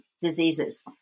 diseases